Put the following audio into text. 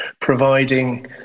providing